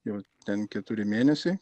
jau ten keturi mėnesiai